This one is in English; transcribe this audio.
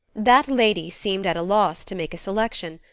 that lady seemed at a loss to make a selection,